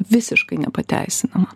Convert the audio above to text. visiškai nepateisinama